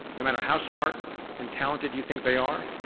no matter how smart and talented you think they are.